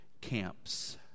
camps